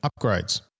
upgrades